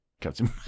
Captain